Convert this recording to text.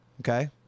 Okay